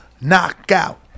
knockout